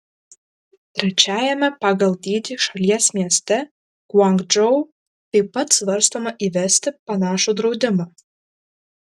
trečiajame pagal dydį šalies mieste guangdžou taip pat svarstoma įvesti panašų draudimą